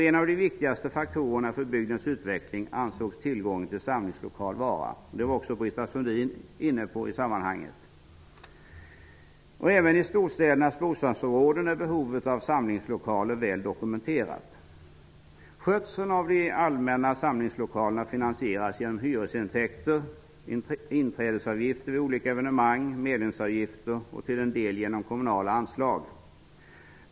En av de viktigaste faktorerna för bygdens utveckling ansågs vara tillgång till samlingslokal. Det var också Britta Sundin inne på. Även i storstädernas bostadsområden är behovet av samlingslokaler väl dokumenterat. Skötseln av de allmänna samlingslokalerna finansieras genom hyresintäkter, inträdesavgifter för olika evenemang, medlemsavgifter och till en del genom kommunala anslag.